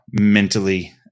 mentally